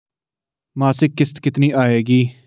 मासिक किश्त कितनी आएगी?